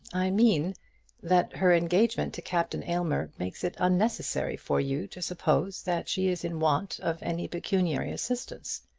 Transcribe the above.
i mean that her engagement to captain aylmer makes it unnecessary for you to suppose that she is in want of any pecuniary assistance.